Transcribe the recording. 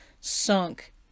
Sunk